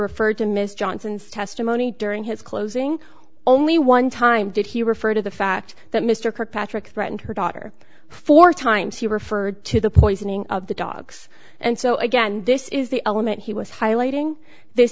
referred to miss johnson's testimony during his closing only one time did he refer to the fact that mr kirkpatrick threatened her daughter four times he referred to the poisoning of the dogs and so again this is the element he was highlighting this